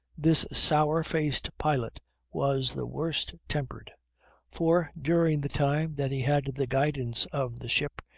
this sour-faced pilot was the worst tempered for, during the time that he had the guidance of the ship,